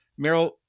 Meryl